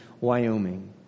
Wyoming